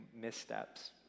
missteps